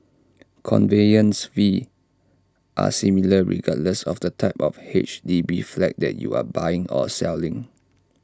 conveyance fees are similar regardless of the type of H D B flat that you are buying or selling